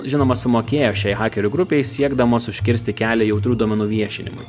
žinoma sumokėjo šiai hakerių grupei siekdamos užkirsti kelią jautrių duomenų viešinimui